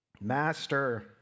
Master